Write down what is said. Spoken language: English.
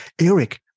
Eric